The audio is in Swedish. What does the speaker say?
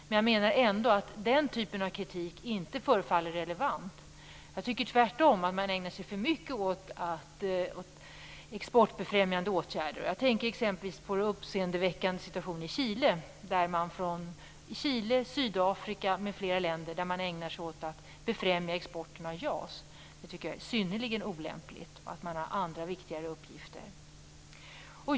Men jag menar ändå att den typen kritik inte förefaller relevant. Jag tycker tvärtom att man ägnar sig för mycket åt exportfrämjande åtgärder. Jag tänker exempelvis på den uppseendeväckande situationen i Chile, Sydafrika och andra länder. Där ägnar man sig åt att främja exporten av JAS. Det tycker jag är synnerligen olämpligt. Man har andra, viktigare uppgifter.